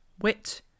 Wit